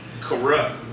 Corrupt